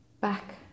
back